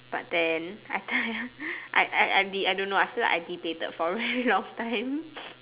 but then I tell you I I I don't know I feel like I debated for a very long time